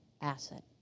asset